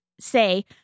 say